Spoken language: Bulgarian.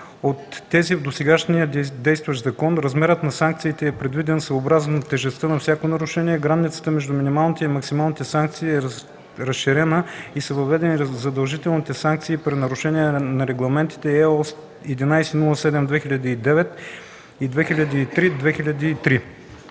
от тези в досега действащия закон, размерът на санкциите е предвиден съобразно тежестта на всяко нарушение, границата между минималните и максимални санкции е разширена и са въведени задължителните санкции при нарушения на регламенти (ЕО) № 1107/2009 и № 2003/2003.